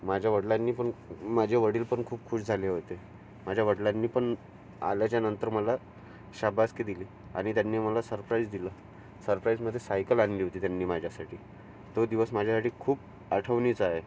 माझ्या वडिलांनी पण माझे वडील पण खूप खुश झाले होते माझ्या वडिलांनी पण आल्याच्यानंतर मला शाबासकी दिली आणि त्यांनी मला सरप्राईज दिलं सरप्राईजमध्ये सायकल आणली होती त्यांनी माझ्यासाठी तो दिवस माझ्यासाठी खूप आठवणीचा आहे